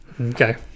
Okay